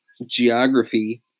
Geography